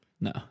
No